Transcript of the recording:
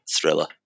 Thriller